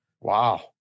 Wow